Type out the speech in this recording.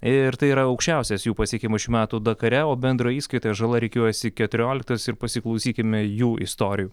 ir tai yra aukščiausias jų pasiekimų šių metų dakare o bendroje įskaitoje žala rikiuojasi keturioliktas ir pasiklausykime jų istorijų